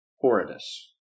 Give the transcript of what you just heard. horridus